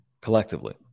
collectively